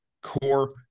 core